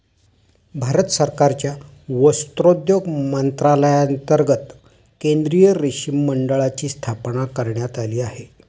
भारत सरकारच्या वस्त्रोद्योग मंत्रालयांतर्गत केंद्रीय रेशीम मंडळाची स्थापना करण्यात आली आहे